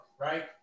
right